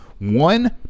One